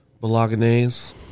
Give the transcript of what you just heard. Bolognese